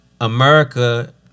America